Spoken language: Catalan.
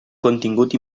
contingut